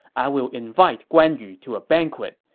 i will invite guan yu to a banquet.